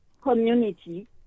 community